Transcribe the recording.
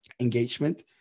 engagement